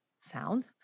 sound